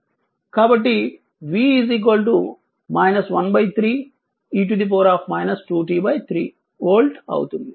కాబట్టి v 1 3 e 2 t 3 volt అవుతుంది